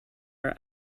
are